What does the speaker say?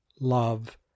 love